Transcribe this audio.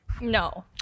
No